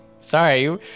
Sorry